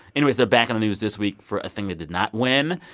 anyways, they're back in the news this week for a thing they did not win.